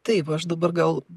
taip aš dabar gal